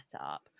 up